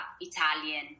Italian